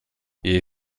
jej